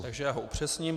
Takže já ho upřesním.